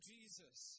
Jesus